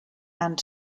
and